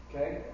Okay